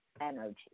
energy